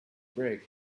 greg